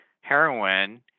heroin